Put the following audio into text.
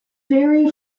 vary